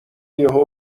یهو